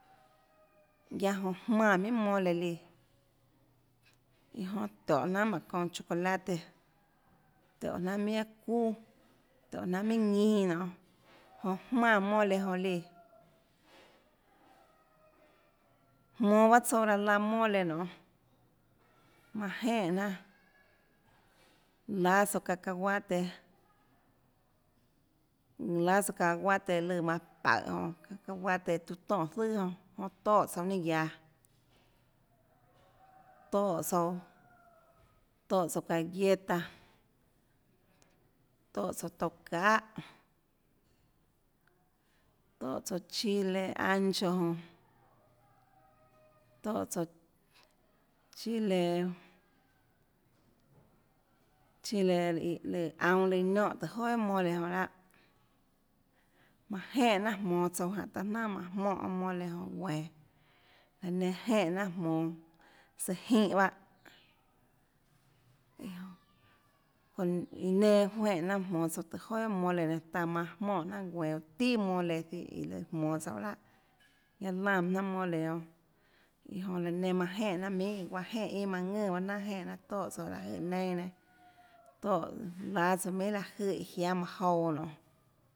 Guiaâ jonã jmánã minhà mole líã iã jonã tiónhå jnanhà mánhå çounã chocolate tiónhå jnanhà minhà aâ çuuà tiónhå jnanhà minhà ñinâ nionê onã jmánã mole jonã líã jmonå bahâ tsouã laã laã mole nonê manã jenè jnanàláâ tsouã cacahuate láâtsouã cacahuate lùãmanãpaùhå jonã cacahuate tiuã tonè zøà jonã toè tsouã ninâ guiaå toè tsouã toè tsouã galleta toè tsouã tsouã tsouã çahà toè tsouã chile ancho jonã toè tsouã chile chile aunå líã niónhã tùhå joà guiohà mole jonã lahâ manã jenè jnanà jmonå tsouã jánhå taã jnanà manã jmonèmole onã guenå laã nenã jenè jnanà jmonå søã jínhå bahâ iã jonã iã nenã jenè jnanà jmonå tùhå joà guiohà mole nenã taã manã jmonè jnanàguenå guã tià mole iã lùã jmonå tsouã laàguiaâ láã pahâ jnanà mole guionâ iã jonã laã nenã manã jenè jnanà minhà guaã jenè iâ manã ðùnãpahâ jnanàjenè jnanà toè tsouãláhå jøè neinâ iã nenãtoèláâ tsouã minhàláhå jøè iã jiáã manã jouã jonã nionê